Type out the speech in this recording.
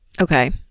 Okay